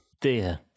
Dear